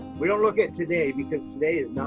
we don't look at today because today is nothing.